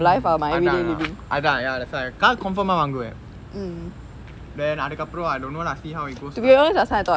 mm அதான் அதான்:athaan athaan ya that's why car confirm வாங்குவேன்:vaanguven then அதுக்கு அப்பிரம்:athuku appirum I don't lah see how it goes lah